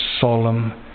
solemn